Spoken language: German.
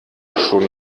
schon